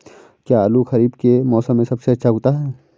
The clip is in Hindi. क्या आलू खरीफ के मौसम में सबसे अच्छा उगता है?